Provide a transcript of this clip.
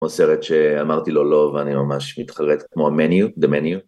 או סרט שאמרתי לו לא ואני ממש מתחרט כמו המניון, המניון.